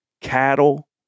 cattle